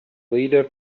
leader